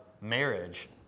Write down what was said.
marriage